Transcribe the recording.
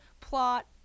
plot